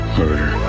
murder